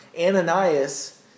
Ananias